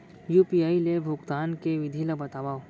UPI ले भुगतान के विधि ला बतावव